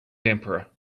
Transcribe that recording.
emperor